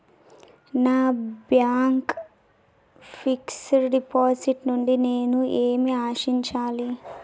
నా bank fixed deposit నుండి నేను ఏమి ఆశించాలి?